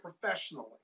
professionally